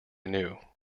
knew